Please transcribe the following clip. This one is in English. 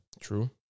True